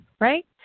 right